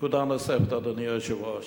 נקודה נוספת, אדוני היושב-ראש,